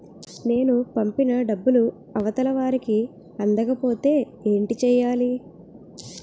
నేను పంపిన డబ్బులు అవతల వారికి అందకపోతే ఏంటి చెయ్యాలి?